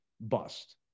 bust